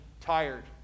tired